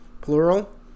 plural